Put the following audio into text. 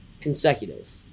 Consecutive